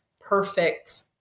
perfect